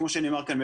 כמו שנאמר כאן,